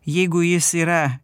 jeigu jis yra